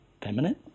feminine